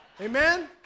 Amen